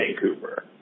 Vancouver